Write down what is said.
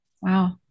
Wow